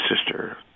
sister